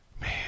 Man